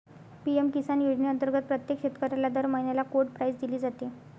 PM Kisan योजनेअंतर्गत प्रत्येक शेतकऱ्याला दर महिन्याला कोड प्राईज दिली जाते